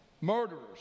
murderers